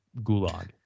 gulag